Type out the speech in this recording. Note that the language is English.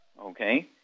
okay